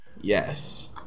Yes